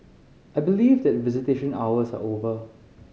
I believe that visitation hours are over